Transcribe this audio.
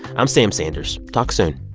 i'm sam sanders. talk soon